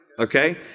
Okay